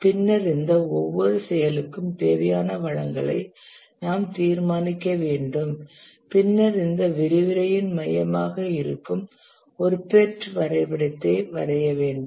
பின்னர் இந்த ஒவ்வொரு செயலுக்கும் தேவையான வளங்களை நாம் தீர்மானிக்க வேண்டும் பின்னர் இந்த விரிவுரையின் மையமாக இருக்கும் ஒரு PERT வரைபடத்தை வரைய வேண்டும்